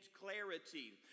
clarity